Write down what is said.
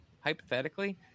hypothetically